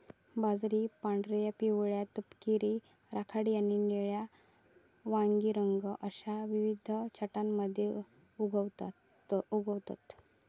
बाजरी पांढऱ्या, पिवळ्या, तपकिरी, राखाडी आणि निळ्या वांगी रंग अश्या विविध छटांमध्ये उगवतत